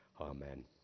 Amen